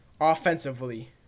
offensively